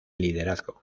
liderazgo